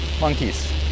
monkeys